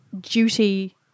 duty